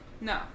No